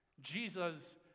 Jesus